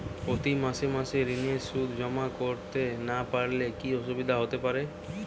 প্রতি মাসে মাসে ঋণের সুদ জমা করতে না পারলে কি অসুবিধা হতে পারে?